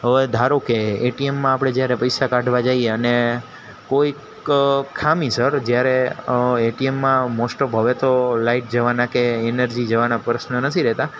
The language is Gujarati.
હવે ધારો કે એટીએમમાં આપણે જ્યારે પૈસા કાઢવા જાઈએ અને કોઈક ખામી સર જ્યારે એટીએમમાં મોસ્ટ ઓફ હવે તો લાઈટ જવાના કે એનર્જી જવાન પ્રશ્ન નથી રહેતા